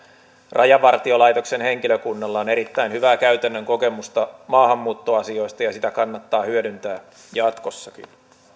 rajavartiolaitoksen henkilökunnalla on erittäin hyvää käytännön kokemusta maahanmuuttoasioista ja sitä kannattaa hyödyntää jatkossakin